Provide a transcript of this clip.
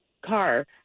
car